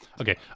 Okay